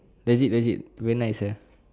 legit legit very nice uh